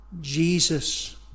Jesus